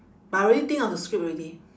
but I already think of the script already